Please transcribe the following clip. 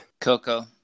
Coco